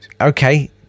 okay